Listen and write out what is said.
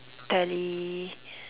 tele~